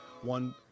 One